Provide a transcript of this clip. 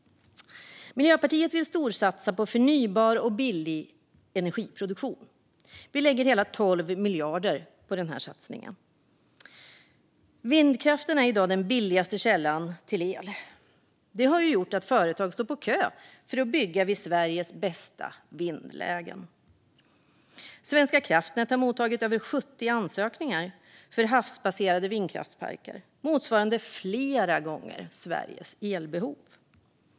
Miljöpartiet vill storsatsa på förnybar och billig energiproduktion. Vi lägger hela 12 miljarder på den satsningen. Vindkraften är i dag den billigaste källan till el. Det har gjort att företag nu står på kö för att bygga vid Sveriges bästa vindlägen. Svenska kraftnät har mottagit över 70 ansökningar för havsbaserade vindkraftsparker, motsvarande flera gånger Sveriges elbehov.